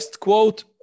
quote